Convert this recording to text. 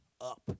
up